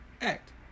Act